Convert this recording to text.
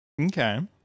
Okay